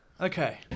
Okay